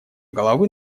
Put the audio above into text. головы